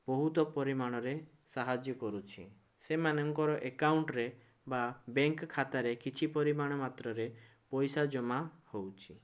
ବହୁତ ପରିମାଣରେ ସାହାଯ୍ୟ କରୁଛି ସେମାନଙ୍କର ଏକାଉଣ୍ଟ୍ରେ ବା ବ୍ୟାଙ୍କ୍ ଖାତାରେ କିଛି ପରିମାଣ ମାତ୍ରାରେ ପଇସା ଜମା ହେଉଛି